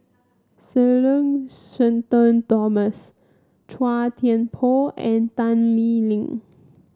Sir learn Shenton Thomas Chua Thian Poh and Tan Lee Leng